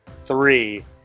three